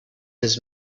his